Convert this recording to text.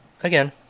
again